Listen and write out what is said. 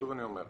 שוב אני אומר,